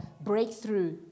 breakthrough